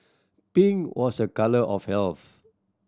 pink was a colour of health